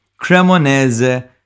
Cremonese